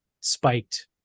spiked